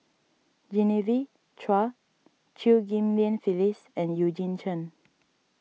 Genevieve Chua Chew Ghim Lian Phyllis and Eugene Chen